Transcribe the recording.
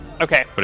Okay